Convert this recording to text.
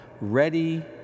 ready